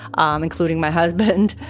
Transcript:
um including my husband.